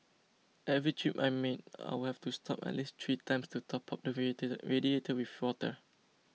every trip I made I would have to stop at least three times to top up the radiator with water